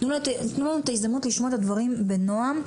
תנו לנו לא ההזדמנות לשמוע את הדברים בנועם.